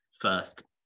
first